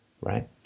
right